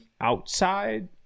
outside